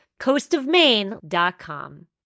coastofmaine.com